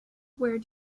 where